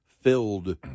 filled